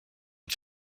und